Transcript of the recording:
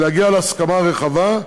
ולהגיע להסכמה רחבה,